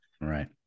Right